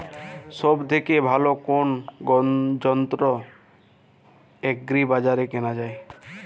সব থেকে ভালো কোনো যন্ত্র এগ্রি বাজারে কেনা যায়?